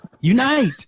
unite